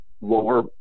lower